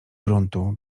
gruntu